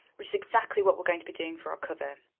which is exactly what we're going to be doing for our cover.